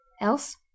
else